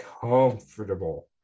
comfortable